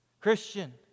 Christian